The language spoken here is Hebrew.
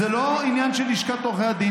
זה לא עניין של לשכת עורכי הדין.